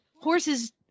horses